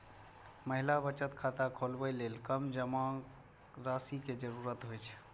महिला बचत खाता खोलबै लेल कम जमा राशि के जरूरत होइ छै